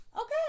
okay